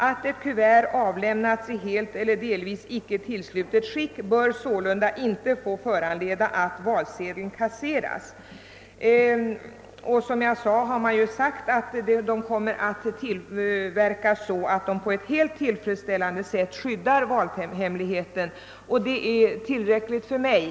Att ett kuvert avlämnats i helt eller delvis icke tillslutet skick bör sålunda inte få föranleda att valsedeln kasseras.» Som jag nämnde har det framkommit att kuverten kommer att tillverkas på ett sådant sätt att de på ett helt till fredsställande sätt skyddar valhemligheten. Det är tillräckligt för mig.